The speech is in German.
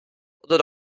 oder